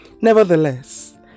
Nevertheless